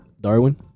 Darwin